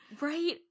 Right